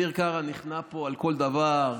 אביר קארה נכנע פה בכל דבר,